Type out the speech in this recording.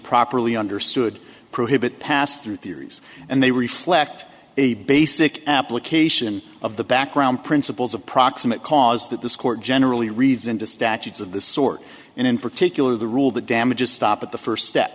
properly understood prohibit passthrough theories and they reflect a basic application of the background principles of proximate cause that this court generally reads into statutes of this sort and in particular the rule that damages stop at the first step